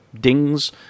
dings